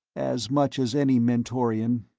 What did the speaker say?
as much as any mentorian.